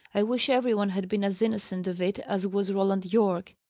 i wish every one had been as innocent of it as was roland yorke.